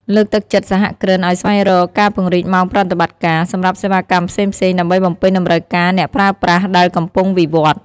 លើកទឹកចិត្តសហគ្រិនឱ្យស្វែងរក ការពង្រីកម៉ោងប្រតិបត្តិការ សម្រាប់សេវាកម្មផ្សេងៗដើម្បីបំពេញតម្រូវការអ្នកប្រើប្រាស់ដែលកំពុងវិវត្ត។